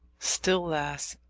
still lasts,